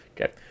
Okay